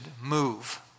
move